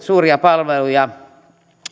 suuria palveluja